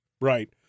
right